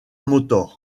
motors